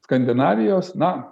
skandinavijos na